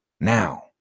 now